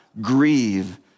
grieve